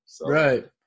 Right